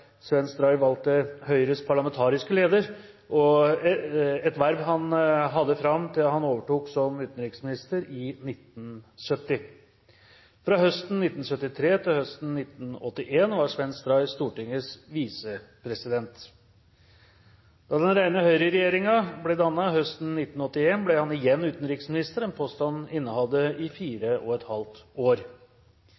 i sosialpolitikken. Etter den borgerlige valgseieren i 1965 ble Svenn Stray valgt til Høyres parlamentariske leder, et verv han hadde fram til han overtok som utenriksminister i 1970. Fra høsten 1973 til høsten 1981 var Svenn Stray Stortingets visepresident. Da den rene Høyre-regjeringen ble dannet høsten 1981, ble han igjen utenriksminister, en